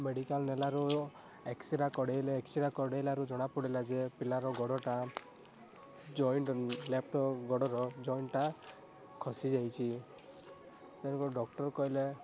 medical ନେଲାରୁ x-ray କଡ଼େଇଲେ x-ray କଡେଇଲାରୁ ଜଣା ପଡ଼ିଲା ଯେ ପିଲାର ଗୋଡ଼ଟା ଯଏଣ୍ଟ ଲେଫ୍ଟ ଗୋଡ଼ର ଯଏଣ୍ଟଟା ଖସିଯାଇଛି ତେଣୁ କରି ଡକ୍ଟର କହିଲା